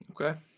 Okay